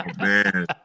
man